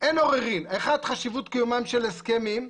"אין עוררין, אחד, חשיבות קיומם של הסכמים,